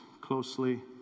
closely